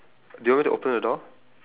oh there's no one there